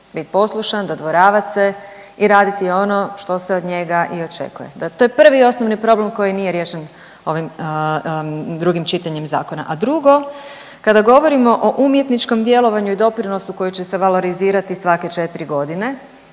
bit poslušan, dodvoravat se i raditi ono što se od njega i očekuje. To je prvi i osnovni problem koji nije riješen ovim drugim čitanje zakona. A drugo, kada govorimo o umjetničkom djelovanju i doprinosu koji će se valorizirati svake četiri godine